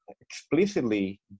explicitly